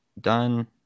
done